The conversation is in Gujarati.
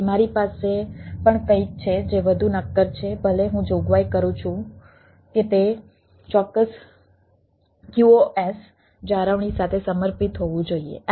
તેથી મારી પાસે પણ કંઈક છે જે વધુ નક્કર છે ભલે હું જોગવાઈ કરું છું કે તે ચોક્કસ QoS જાળવણી સાથે સમર્પિત હોવું જોઈએ